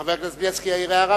חבר הכנסת בילסקי יעיר הערה,